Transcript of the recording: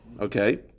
Okay